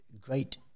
great